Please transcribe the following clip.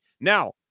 Now